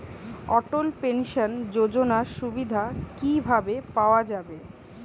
অটল pension যোজনার সুবিধা কি ভাবে পাওয়া যাবে?